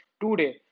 today